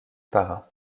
pará